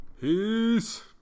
Peace